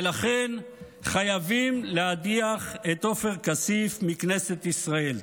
ולכן חייבים להדיח את עופר כסיף מכנסת ישראל.